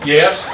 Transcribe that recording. Yes